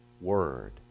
word